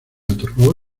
otorgó